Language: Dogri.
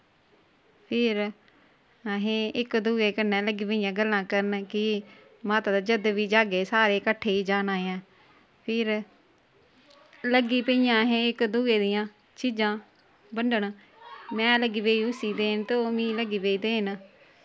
फिर असें इक दुए कन्नै लग्गी पेइयां गल्लां करन कि माता दे जद्द बी जाह्गे सारे कट्ठे ही जाना ऐ फिर लग्गी पेइयां असें इक दुए दियां चीजां बंडन में लग्गी पेई उस्सी देन ते ओह् मिगी लग्गी पेई देन